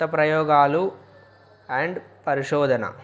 కొత్త ప్రయోగాలు అండ్ పరిశోధన